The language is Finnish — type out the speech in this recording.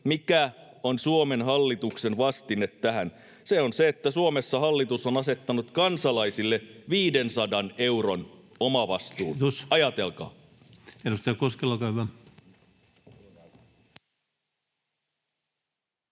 mikä on Suomen hallituksen vastine tähän? Se on se, että Suomessa hallitus on asettanut kansalaisilleen 500 euron omavastuun. Ajatelkaa. [Speech 152] Speaker: